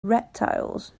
reptiles